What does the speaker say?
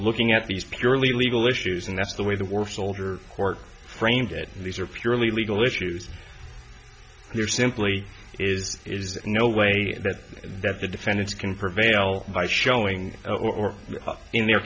looking at these purely legal issues and that's the way the war soldier court framed it these are purely legal issues there simply is no way that that the defendants can prevail by showing or in their